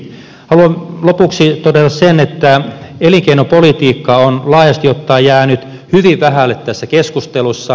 haluan lopuksi todeta sen että elinkeinopolitiikka on laajasti ottaen jäänyt hyvin vähälle tässä keskustelussa